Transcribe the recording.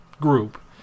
group